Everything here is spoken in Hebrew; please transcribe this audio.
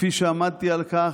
כפי שעמדתי על כך,